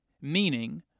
meaning